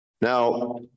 Now